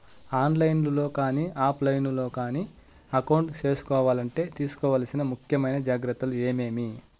On line లో కానీ offline లో కానీ అకౌంట్ సేసుకోవాలంటే తీసుకోవాల్సిన ముఖ్యమైన జాగ్రత్తలు ఏమేమి?